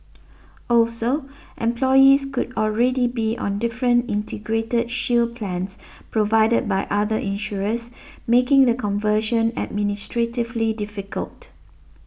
also employees could already be on different Integrated Shield plans provided by other insurers making the conversion administratively difficult